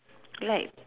light